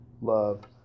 love